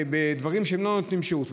בדברים שהן לא נותנות שירות.